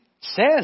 says